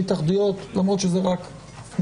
ההתאגדויות/התאחדויות, למרות שזה רק ניסיון.